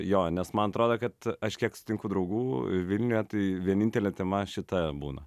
jo nes man atrodo kad aš kiek sutinku draugų vilniuje tai vienintelė tema šita būna